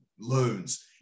loans